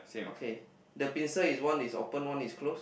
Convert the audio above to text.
okay the pincer is one is open one is closed